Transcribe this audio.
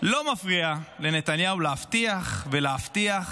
לא מפריע לנתניהו להבטיח ולהבטיח,